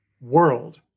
world